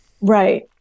Right